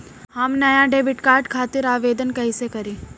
हम नया debit card खातिर आवेदन कईसे करी?